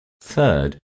Third